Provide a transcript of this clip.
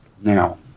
now